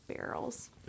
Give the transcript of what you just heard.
barrels